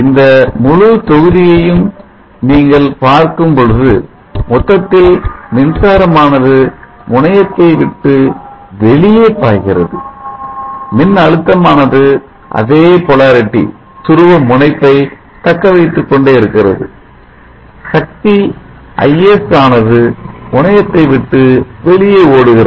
இந்த முழுத் தொகுதியையும் நீங்கள் பார்க்கும் பொழுது மொத்தத்தில் மின்சாரமானது முனையத்தை விட்டு வெளியே பாய்கிறது மின் அழுத்தமானது அதே போலரிடி துருவமுனைப்பை தக்க வைத்துக் கொண்டே இருக்கிறது சக்தி is ஆனது முனையத்தை விட்டு வெளியே ஓடுகிறது